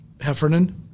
Heffernan